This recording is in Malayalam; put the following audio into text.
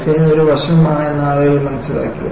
ഡിസൈൻ ഒരു വശമാണ് എന്ന് ആളുകൾ മനസ്സിലാക്കി